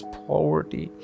poverty